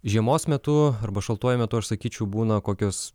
žiemos metu arba šaltuoju metu aš sakyčiau būna kokios